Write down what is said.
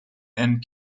and